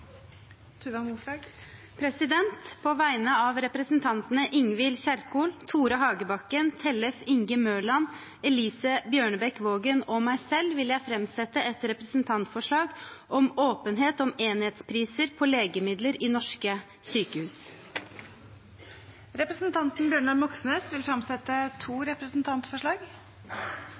Tuva Moflag vil fremsette et representantforslag. På vegne av representantene Ingvild Kjerkol, Tore Hagebakken, Tellef Inge Mørland, Elise Bjørnebekk-Waagen og meg selv vil jeg framsette et representantforlag om åpenhet om enhetspriser på legemidler i norske sykehus. Representanten Bjørnar Moxnes vil fremsette to representantforslag.